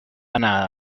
anar